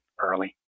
early